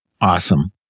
Awesome